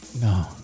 No